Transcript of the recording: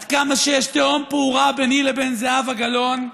עד כמה שיש תהום פעורה ביני לבין זהבה גלאון,